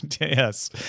Yes